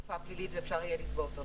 חלופה פלילית ואפשר יהיה לתבוע אותו,